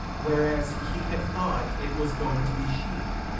whereas he had thought it was going to be she.